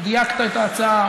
דייקת את ההצעה,